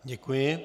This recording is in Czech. Děkuji.